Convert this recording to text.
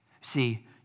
See